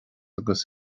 agus